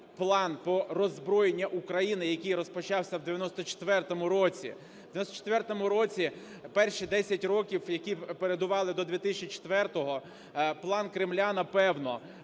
план по роззброєнню України, який розпочався в 1994 році. В 1994 році, перші 10 років, які передували до 2004, план Кремля, напевно,